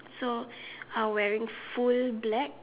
so I wearing full black